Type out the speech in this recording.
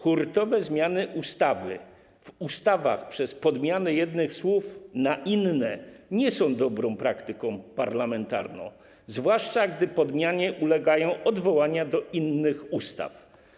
Hurtowe zmiany w ustawach przez podmianę jednych słów na inne nie są dobrą praktyką parlamentarną, zwłaszcza gdy podmianie ulegają odwołania do innych ustaw.